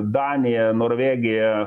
danija norvegija